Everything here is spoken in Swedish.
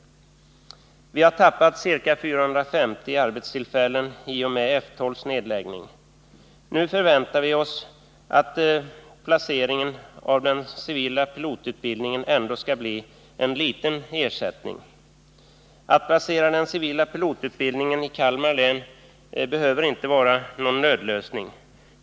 Vi har tappat ca 450 arbetstillfällen i och med F 12:s nedläggning. Nu förväntar vi oss att placeringen av den civila pilotutbildningen ändå skall bli en liten ersättning. Att placera den civila pilotutbildningen i Kalmar behöver inte vara någon nödlösning.